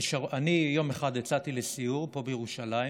יום אחד יצאתי לסיור פה, בירושלים,